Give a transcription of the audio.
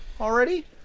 already